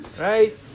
Right